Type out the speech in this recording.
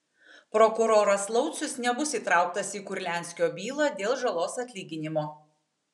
prokuroras laucius nebus įtrauktas į kurlianskio bylą dėl žalos atlyginimo